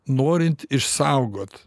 norint išsaugot